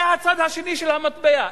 זה הצד השני של המטבע.